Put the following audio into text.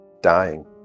dying